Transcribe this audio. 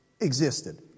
existed